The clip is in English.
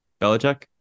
Belichick